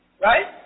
Right